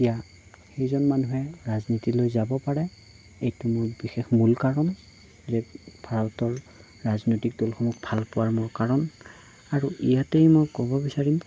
তেতিয়া সেইজন মানুহে ৰাজনীতিলৈ যাব পাৰে এইটো মোৰ বিশেষ মূল কাৰণ যে ভাৰতৰ ৰাজনৈতিক দলসমূহ ভাল পোৱাৰ মূল কাৰণ আৰু ইয়াতেই মই ক'ব বিচাৰিম